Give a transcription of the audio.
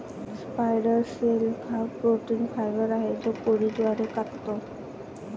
spider silk हा protein fibre आहे जो कोळी द्वारे काततो